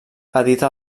edita